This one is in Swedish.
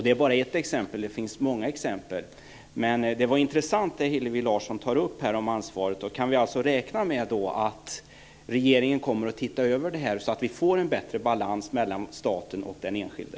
Det är bara ett exempel av många exempel. Det Hillevi Larsson sade om ansvaret är intressant. Kan vi räkna med att regeringen kommer att se över frågan så att det blir en bättre balans mellan staten och den enskilde?